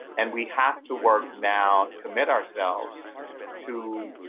and we have to work now, commit ourselves to